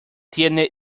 tiene